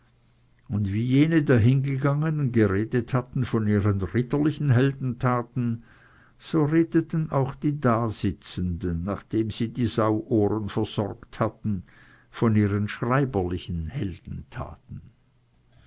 und wie jene dahingegangenen geredet hatten von ihren ritterlichen heldentaten so redeten auch die dasitzenden nachdem sie die sauohren versorgt hatten von ihren schreiberlichen heldentaten